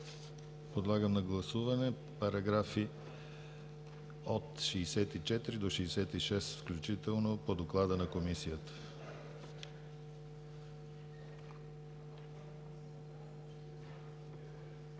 Подлагам на гласуване параграфи от 64 до 66 включително, по доклада на Комисията.